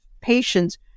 patients